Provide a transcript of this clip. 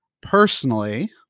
personally